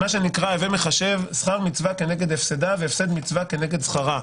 מה שנקרא הווה מחשב שכר מצווה כנגד הפסדה והפסד מצווה כנגד שכרה.